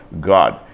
God